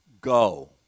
Go